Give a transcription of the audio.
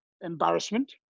embarrassment